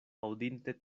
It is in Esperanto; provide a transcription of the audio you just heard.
aŭdinte